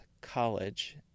College